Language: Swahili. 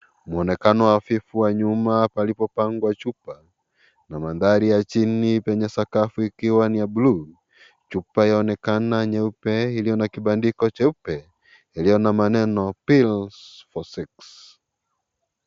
Mwonekano hafifu wa nyuma palipopangwa chupa na mandhari ya chini penye sakafu ikiwa ni ya bluu. Chupa yaonekana nyeupe iliyo na kibandiko cheupe iliyo na maneno pills for sex .